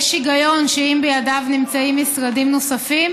יש היגיון שאם בידיו נמצאים משרדים נוספים